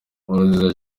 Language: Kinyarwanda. nkurunziza